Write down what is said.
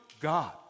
God